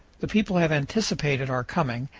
the people have anticipated our coming,